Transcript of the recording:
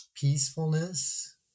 peacefulness